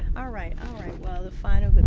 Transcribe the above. all right well the final but